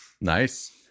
nice